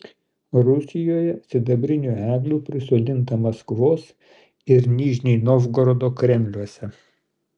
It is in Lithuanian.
rusijoje sidabrinių eglių prisodinta maskvos ir nižnij novgorodo kremliuose